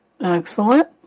Excellent